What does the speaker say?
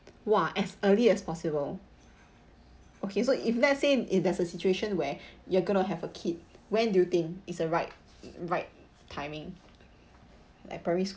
!wah! as early as possible okay so if let's say if there's a situation where you're going to have a kid when do you think is a right right timing like primary